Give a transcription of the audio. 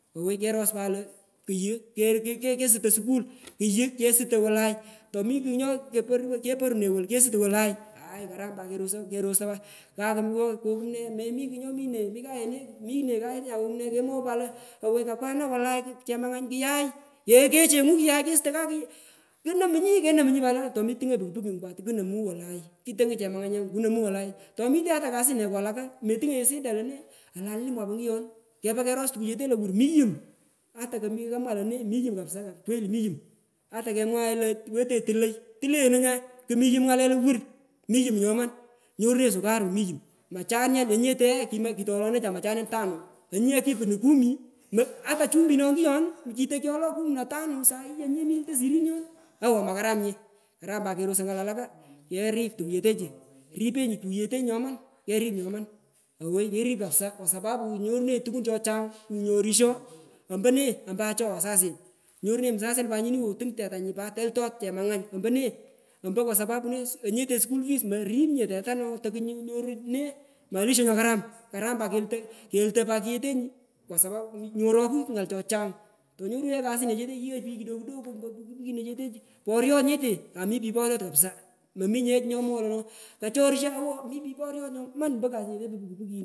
Owoi keros pat lo kuyu ke kasutoi sukul ikuyu kesutoi wolai tomikugh nyo kepoi koporune wolu kesutu wolai any karam pat kerostoi aai kerosto pat kam kokumne ooi mikugh nyomine mine kayete nya kokumne kemwowunyi pat to owoi kapkana wolai ko chemangan kuyai kechengu kugh kesutoi hihh konomunyi pat lenyoni tometungo nyi puki pukingu pat kenomu wolai itungonyi chemanganyengu kunomu wolai tmitenyi ata kasineku walaka metungonyinye shida lone alolo alanyi mwaipo nguyon kepa keros tuku chete lowur mi yum ata kelone mi yum kapisa atake mwai lo tuloi tulenyiono nya kumi yum ngale lowur mi yum nyoman nyorupenyi sukarun miyum masanian anyeteye kitolenecha machanian tano anyiye kipunu kumi ata chumbino nguyon kitokyolo kumi na tano sahi anyi milutoi shirini awo makaramnye karam pat kerosoi ngal walaka keruk tukuchetechi ripenyi kuyeteni nyoman kerik nyoman owoi kerup kapsa kwa sapapu nyorunenyi tukun chochana chunyorisho mpone mpo acho wasasin nyorunenyi msasian pat nyini wow tung tetanyi pat altoi chemangany ompone ompo kwa sapapu ne onyete skul pees morip nye teta no tokunyo nyoru malisho nyokaram karam pat kelutoi kuyetenyu kwa sapapu ngorokuy ngal chochang tonyorunginye kasinechetechi yghoi chi kidogo kidogo mpo puki pukinechetechu poriot nyete ami pich poriot kapsa mominye ye chi nyomwoi lo kochorsho owo mi pich poryot nyoman mpaka asete puki pukin.